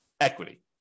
equity